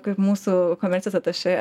kaip mūsų komercijos atašė